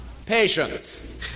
Patience